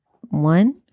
one